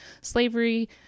slavery